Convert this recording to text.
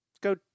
Go